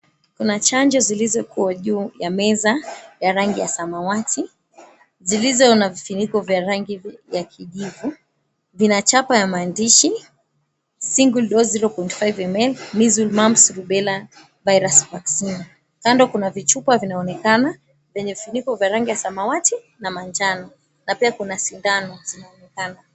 Kuna chanjo zilizoko juu ya meza ya rangi ya samawati zilizo na vifuniko vya rangi ya kijivu. Vina chapa ya maandishi, Single Dose 0.5ml, Measles, Mumps, Rubella Virus Vaccine. Kando kuna vichupa vinaonekana vyenye vifuniko vya rangi ya samawati na manjano, na pia kuna sindano zinaonekana.